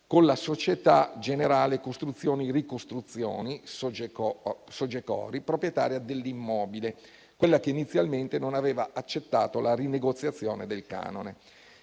con la Società Generale Costruzioni Ricostruzioni, So.Ge.Co.Ri., proprietaria dell'immobile, quella che inizialmente non aveva accettato la rinegoziazione del canone.